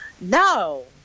no